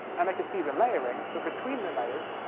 and they could see the layering, but between the layers,